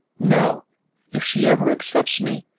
no if she ever accepts me,